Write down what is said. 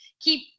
keep